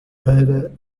para